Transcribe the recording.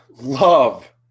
love